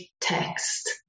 text